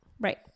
Right